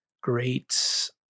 great